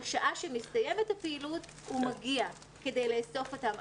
בשעה שמסתיימת הפעילות הוא מגיע כדי לאסוף אותם.